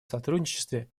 сотрудничестве